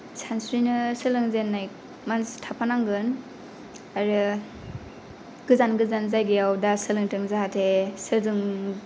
सानस्रिनो सोलोंजेननाय मानसि थाफानांगोन आरो गोजान गोजान जायगायाव दा सोलोंथों जाहाथे सोरजों